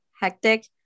hectic